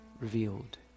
revealed